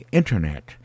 internet